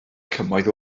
cymoedd